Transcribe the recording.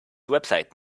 website